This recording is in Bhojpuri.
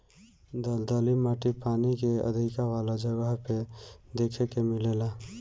दलदली माटी पानी के अधिका वाला जगह पे देखे के मिलेला